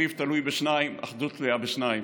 ריב תלוי בשניים, אחדות תלויה בשניים.